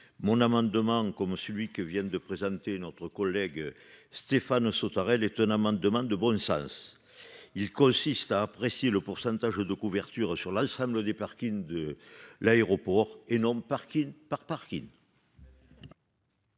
mon amendement comme celui que viennent de présenter notre collègue Stéphane Sautarel étonnamment demande de bon sens, il consiste à apprécier le pourcentage de couverture sur la le sable des parkings de l'aéroport et non de Parking par Parking.